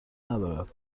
ندارد